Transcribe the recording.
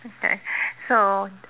okay so